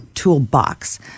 Toolbox